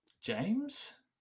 James